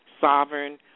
sovereign